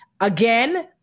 Again